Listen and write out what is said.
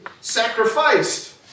sacrificed